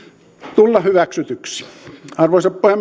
tulla hyväksytyksi arvoisa